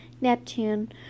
neptune